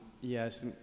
Yes